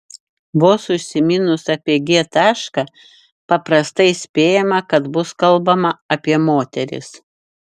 vos užsiminus apie g tašką paprastai spėjama kad bus kalbama apie moteris